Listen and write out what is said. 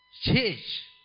Change